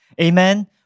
Amen